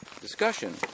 discussion